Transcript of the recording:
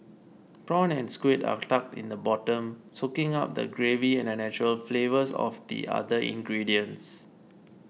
prawn and squid are tucked in the bottom soaking up the gravy and the natural flavours of the other ingredients